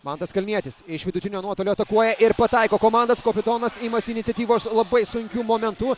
mantas kalnietis iš vidutinio nuotolio atakuoja ir pataiko komandos kapitonas imasi iniciatyvos labai sunkiu momentu